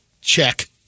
check